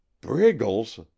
briggles